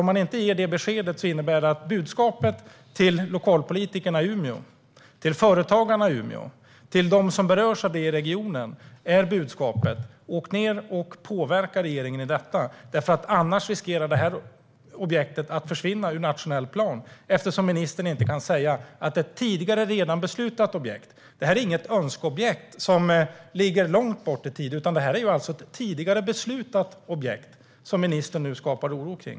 Om man inte ger detta besked innebär det att budskapet till lokalpolitiker och företagare i Umeå, liksom till dem i regionen som berörs av det, är: Åk ned och påverka regeringen i detta, annars riskerar det här objektet att försvinna ur nationell plan! Svar på interpellationer Det här är inget önskeobjekt som ligger långt fram i tiden, utan det är här alltså ett tidigare beslutat objekt som ministern nu skapar oro kring.